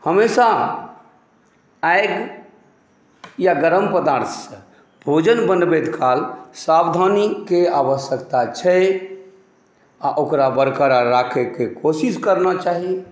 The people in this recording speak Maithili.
हमेशा आगि या गरम पदार्थसँ भोजन बनबैत काल सावधानीके आवश्यकता छै आओर ओकरा बरकरार राखैके कोशिश करना चाही